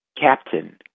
captain